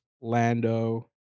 Lando